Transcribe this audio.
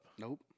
Nope